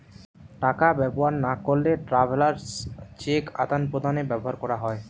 টাকা ব্যবহার না করলে ট্রাভেলার্স চেক আদান প্রদানে ব্যবহার করা হয়